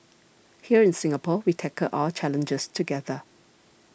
here in Singapore we tackle our challenges together